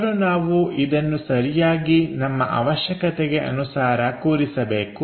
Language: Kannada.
ಮೊದಲು ನಾವು ಇದನ್ನು ಸರಿಯಾಗಿ ನಮ್ಮ ಅವಶ್ಯಕತೆಗೆ ಅನುಸಾರ ಕೂರಿಸಬೇಕು